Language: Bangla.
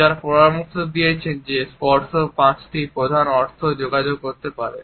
যারা পরামর্শ দিয়েছেন যে স্পর্শ পাঁচটি প্রধান অর্থ যোগাযোগ করতে পারে